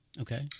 Okay